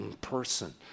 person